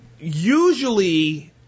usually